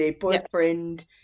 boyfriend